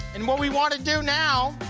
and what we want to do now,